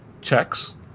checks